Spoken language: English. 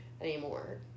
anymore